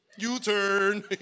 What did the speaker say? U-turn